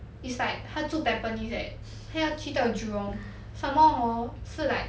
it's like 他住 tampines leh 他要去到 jurong some more hor 是 like